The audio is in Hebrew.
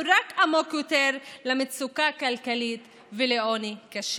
רק עמוק יותר למצוקה כלכלי ולעוני קשה.